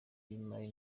imari